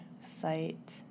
site